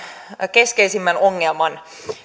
keskeisimmän ongelman